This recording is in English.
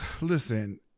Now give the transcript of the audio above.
Listen